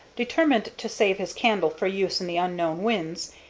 determined to save his candle for use in the unknown winze,